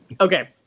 Okay